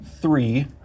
three